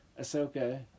Ahsoka